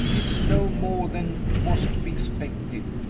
it is no more than was to be expected,